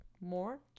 more